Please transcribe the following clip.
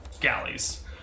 galleys